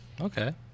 Okay